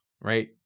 right